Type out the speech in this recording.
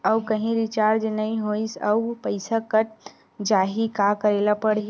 आऊ कहीं रिचार्ज नई होइस आऊ पईसा कत जहीं का करेला पढाही?